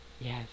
Yes